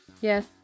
Yes